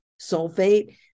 sulfate